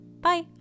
Bye